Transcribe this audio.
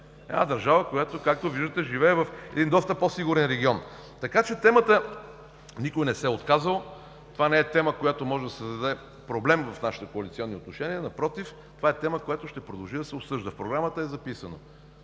Една държава, която, както виждате, живее в един доста по-сигурен регион. Темата – никой не се е отказал! Това не е тема, която може да създаде проблем в нашите коалиционни отношения. Напротив, това е тема, която ще продължи да се обсъжда. В програмата е записано: